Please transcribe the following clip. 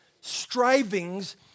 strivings